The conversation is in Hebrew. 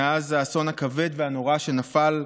מאז האסון הכבד והנורא שנפל עלינו,